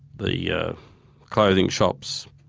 the yeah clothing shops,